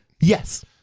Yes